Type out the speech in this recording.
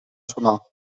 sonar